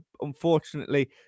unfortunately